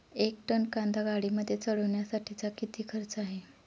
एक टन कांदा गाडीमध्ये चढवण्यासाठीचा किती खर्च आहे?